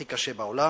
הכי קשה בעולם.